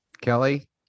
kelly